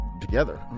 together